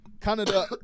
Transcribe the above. Canada